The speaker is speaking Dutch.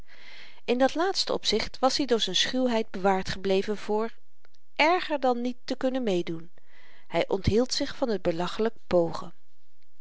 in dit laatste opzicht was-i door z'n schuwheid bewaard gebleven voor erger dan niet te kunnen meedoen hy onthield zich van t belachelyk pogen